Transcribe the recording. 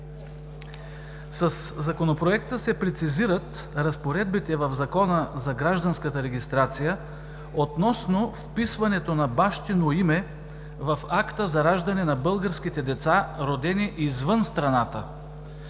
Със Законопроекта се прецизират разпоредбите в Закона за гражданската регистрация относно вписването на бащино име в акта за раждане на българските деца, родени извън страната.